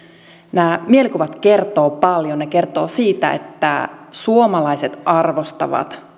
nämä mielikuvat kertovat paljon ne kertovat siitä että suomalaiset arvostavat